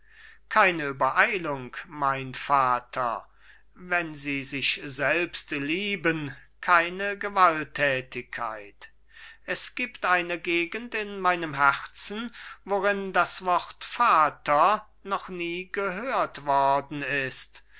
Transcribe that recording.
keine übereilung mein vater wenn sie sich selbst lieben keine gewaltthätigkeit es gibt eine gegend in meinem herzen worin das wort vater noch nie gehört worden ist dringen